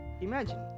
imagine